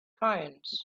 coins